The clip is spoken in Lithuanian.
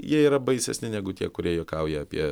jie yra baisesni negu tie kurie juokauja apie